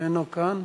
שאינו כאן.